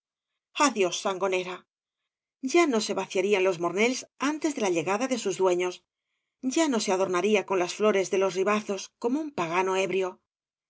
adiós sangonera ya no se vaciarian ios mornells antes de la he gada de sus dueños ya no se adornaría con las fiares de ios ribazos como un pagano ebrio